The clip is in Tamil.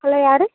ஹலோ யார்